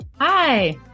Hi